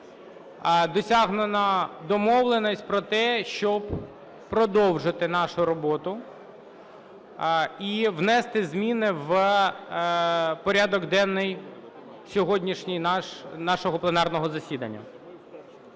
Досягнена домовленість про те, щоб продовжити нашу роботу і внести зміни в порядок денний сьогоднішній нашого пленарного засідання.